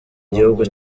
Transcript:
gihugu